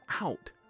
out